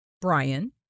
Brian